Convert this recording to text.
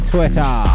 Twitter